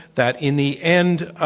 that, in the end, ah